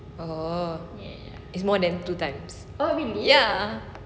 oh it's more than two times ya